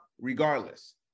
regardless